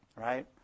Right